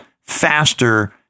faster